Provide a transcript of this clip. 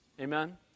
amen